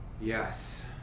yes